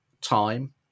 time